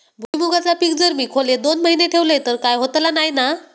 भुईमूगाचा पीक जर मी खोलेत दोन महिने ठेवलंय तर काय होतला नाय ना?